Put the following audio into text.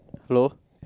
hello